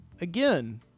again